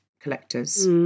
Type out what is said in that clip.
collectors